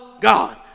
God